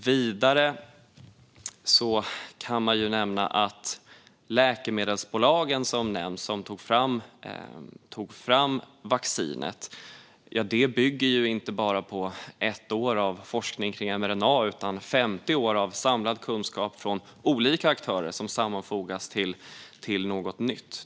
Vidare kan man nämna att vaccinet som läkemedelsbolagen tog fram inte bara byggde på ett år av forskning kring mRNA utan på 50 år av samlad kunskap från olika aktörer som sammanfogas till något nytt.